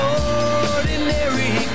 ordinary